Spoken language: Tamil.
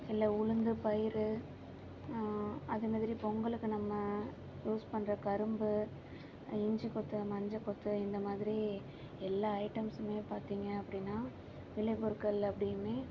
இல்லை உளுந்து பயிறு அதுமாதிரி பொங்கலுக்கு நம்ம யூஸ் பன்ணுற கரும்பு இஞ்சி கொத்து மஞ்சள் கொத்து இந்தமாதிரி எல்லா ஐட்டம்ஸ்சுமே பார்த்திங்க அப்படினா விலைப் பொருட்கள் அப்படியுமே